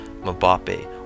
Mbappe